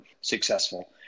successful